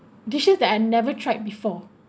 dishes that I've never tried before